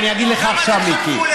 אני אגיד לך עכשיו, מיקי.